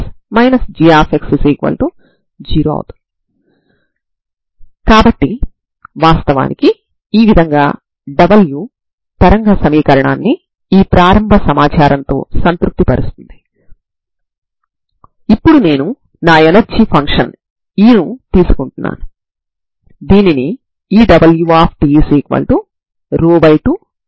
R లో ఉండే ఏదైనా a b లు a b అయ్యేటట్లుగా ఎందుకు తీసుకోకూడదు